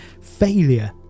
failure